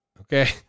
Okay